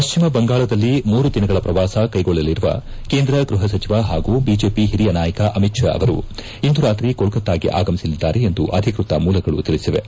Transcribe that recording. ಪಟ್ಟಿಮ ಬಂಗಾಳದಲ್ಲಿ ಮೂರು ದಿನಗಳ ಪ್ರವಾಸ ಕೈಗೊಳ್ಳಲಿರುವ ಕೇಂದ್ರ ಗೃಹಸಚಿವ ಹಾಗೂ ಬಿಜೆಪಿ ಒರಿಯ ನಾಯಕ ಅಮಿತ್ ಷಾ ಅವರು ಇಂದು ರಾತ್ರಿ ಕೊಲ್ಲತ್ತಾಗೆ ಆಗಮಿಸಲಿದ್ದಾರೆ ಎಂದು ಅಧಿಕೃತ ಮೂಲಗಳು ತಿಳಿಸಿವೆ